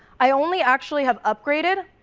i only actually have upgraded